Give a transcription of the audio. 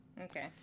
okay